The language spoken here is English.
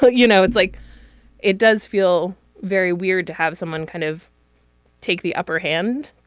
but you know it's like it does feel very weird to have someone kind of take the upper hand.